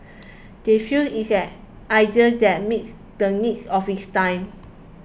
they feel it's an idea that meets the needs of its time